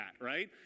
right